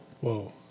Whoa